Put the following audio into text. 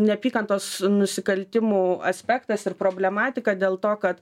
neapykantos nusikaltimų aspektas ir problematika dėl to kad